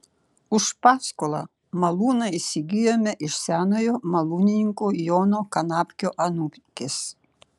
už paskolą malūną įsigijome iš senojo malūnininko jono kanapkio anūkės